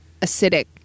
acidic